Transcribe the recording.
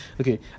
okay